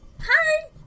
Hi